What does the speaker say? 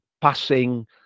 Passing